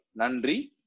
Nandri